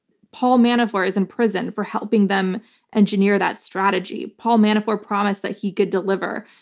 paul manafort is in prison for helping them engineer that strategy. paul manafort promised that he could deliver,